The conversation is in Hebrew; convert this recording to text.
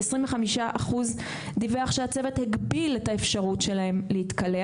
ו-25% דיווח שהצוות הגביל את האפשרות שלהם להתקלח.